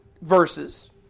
verses